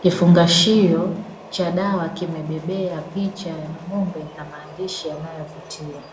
Kifungashio cha dawa kimebebea picha ya ng'ombe na maandishi yanayovutia.